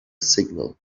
signal